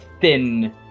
thin